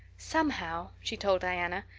somehow, she told diana,